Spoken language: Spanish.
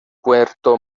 puerto